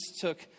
took